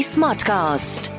Smartcast